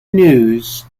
news